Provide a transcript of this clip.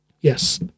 yes